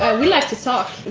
we like to talk!